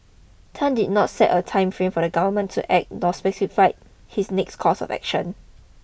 Tan did not set a time frame for the government to act nor specified his next course of action